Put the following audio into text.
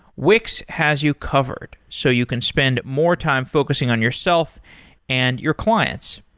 wix has you covered, so you can spend more time focusing on yourself and your clients.